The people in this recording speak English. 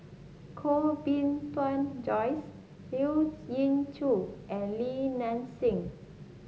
Koh Bee Tuan Joyce Lien Ying Chow and Li Nanxing